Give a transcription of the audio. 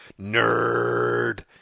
nerd